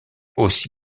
aussi